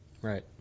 Right